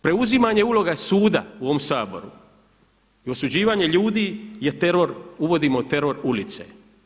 Preuzimanje uloga suda u ovom Saboru i osuđivanje ljudi je teror, uvodimo teror ulice.